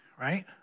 right